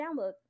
download